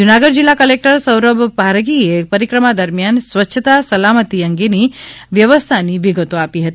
જૂનાગઢ જિલ્લા ક્લેક્ટર સૌરભ પારગીએ પરિક્રમા દરમિયાન સ્વચ્છતા સલામતી વગેરે અંગેની વ્યવસ્થાની વિગતો આપી હતી